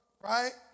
Right